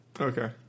Okay